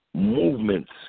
movements